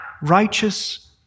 Righteous